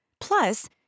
plus